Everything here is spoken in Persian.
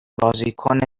بازیکن